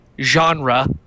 genre